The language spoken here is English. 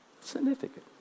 Significant